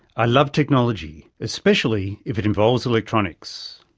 i love technology, especially if it involves electronics.